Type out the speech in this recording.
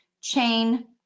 chain